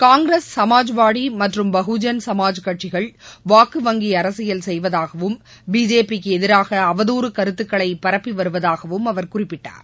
காங்கிரஸ் சமாஜ்வாதி மற்றும் பகுஜன் சமாஜ் கட்சிகள் வாக்குவங்கி அரசியல் செய்வதாகவும் பிஜேபிக்கு எதிராக அவதூறு கருத்துகளை பரப்பிவருவதாகவும் அவர் குறிப்பிட்டார்